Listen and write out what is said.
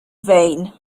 vain